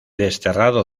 desterrado